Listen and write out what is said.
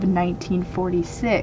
1946